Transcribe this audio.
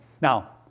Now